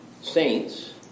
saints